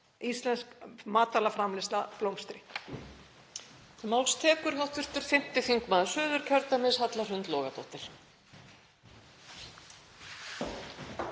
íslensk matvælaframleiðsla blómstri.